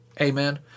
Amen